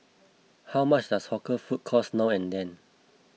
how much does hawker food cost now and then